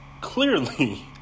clearly